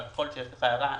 אבל ככל שיש לך הערה,